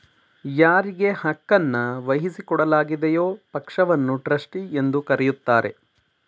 ಯಾರಿಗೆ ಹಕ್ಕುನ್ನ ವಹಿಸಿಕೊಡಲಾಗಿದೆಯೋ ಪಕ್ಷವನ್ನ ಟ್ರಸ್ಟಿ ಎಂದು ಕರೆಯುತ್ತಾರೆ